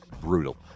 brutal